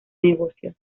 negocios